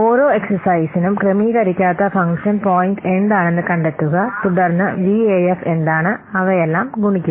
ഓരോ എക്സ്സർസൈസ്നും ക്രമീകരിക്കാത്ത ഫംഗ്ഷൻ പോയിന്റ് എന്താണെന്ന് കണ്ടെത്തുക തുടർന്ന് വിഎഎഫ് എന്താണ് അവയെല്ലാം ഗുണിക്കുക